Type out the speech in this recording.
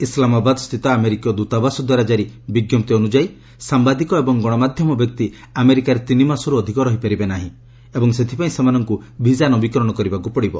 ଇସଲାମାବାଦ୍ ସ୍ଥିତ ଆମେରିକୀୟ ଦୃତାବାସ ଦ୍ୱାରା କାରି ବିଜ୍ଞପ୍ତି ଅନୁଯାୟୀ ସାମ୍ବାଦିକ ଏବଂ ଗଣମାଧ୍ୟମ ବ୍ୟକ୍ତି ଆମେରିକାରେ ତିନି ମାସରୁ ଅଧିକ ରହିପାରିବେ ନାହିଁ ଏବଂ ସେଥିପାଇଁ ସେମାନଙ୍କୁ ଭିଜା ନବୀକରଣ କରିବାକୁ ପଡ଼ିବ